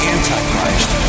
Antichrist